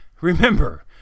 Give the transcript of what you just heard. Remember